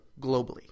globally